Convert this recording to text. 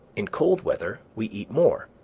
in cold weather we eat more,